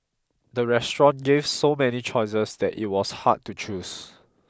the restaurant gave so many choices that it was hard to choose